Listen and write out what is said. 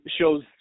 shows